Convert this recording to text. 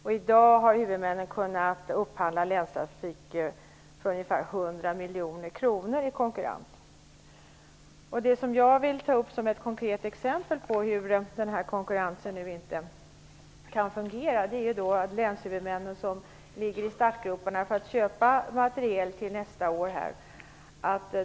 I dag har huvudmännen i konkurrens kunnat upphandla länstrafik för ungefär Jag vill ta upp ett konkret exempel på hur den här konkurrensen inte kan fungera. Länshuvudmännen ligger i startgroparna när det gäller att köpa materiel för nästa år.